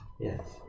Yes